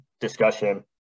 discussion